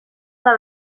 eta